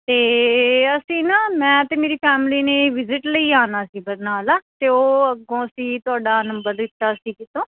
ਅਤੇ ਅਸੀਂ ਨਾ ਮੈਂ ਅਤੇ ਮੇਰੀ ਫੈਮਿਲੀ ਨੇ ਵਿਜਿਟ ਲਈ ਆਉਣਾ ਸੀ ਬਰਨਾਲਾ ਅਤੇ ਉਹ ਅੱਗੋਂ ਅਸੀਂ ਤੁਹਾਡਾ ਨੰਬਰ ਲਿੱਤਾ ਸੀ ਕਿਤੋਂ